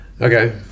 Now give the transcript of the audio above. Okay